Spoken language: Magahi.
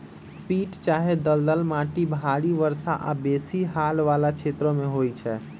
पीट चाहे दलदल माटि भारी वर्षा आऽ बेशी हाल वला क्षेत्रों में होइ छै